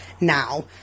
now